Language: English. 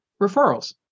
referrals